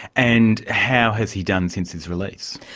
and how has he done since his release?